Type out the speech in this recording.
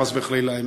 חס וחלילה,